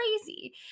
Crazy